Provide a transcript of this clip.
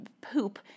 poop